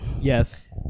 Yes